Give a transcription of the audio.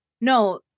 no